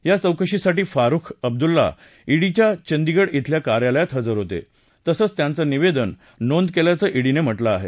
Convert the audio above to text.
या चौकशीसाठी फारुख अब्दुला ईडीच्या चंदीगड खेल्या कार्यालयात हजर होते तसंच त्यांचं निवेदन नोंद केल्याचं ईडीनं म्हटलं आहे